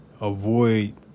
avoid